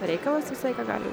reikalas visą laiką gali